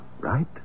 Right